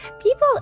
people